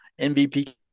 MVP